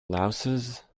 louses